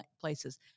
places